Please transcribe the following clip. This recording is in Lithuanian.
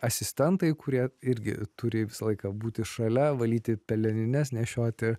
asistentai kurie irgi turi visą laiką būti šalia valyti pelenines nešioti